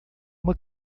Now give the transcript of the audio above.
uma